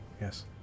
yes